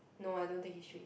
no I don't take History